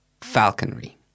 Falconry